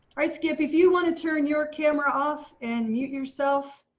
alright, skip, if you want to turn your camera off and mute yourself.